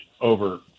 over